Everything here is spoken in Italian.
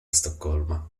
stoccolma